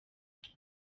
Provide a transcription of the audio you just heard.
akazi